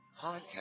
podcast